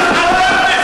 במה אתה מתגאה?